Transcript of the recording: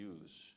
use